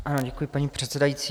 Ano, děkuji paní předsedající.